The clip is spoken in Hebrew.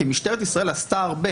משטרת ישראל עשתה הרבה.